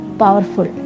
powerful